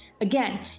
again